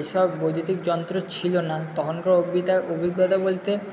এসব বৈদ্যুতিক যন্ত্র ছিল না তখনকার অভিজ্ঞতা বলতে